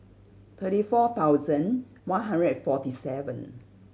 thirty four thousand one hundred and forty seven